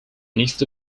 nächste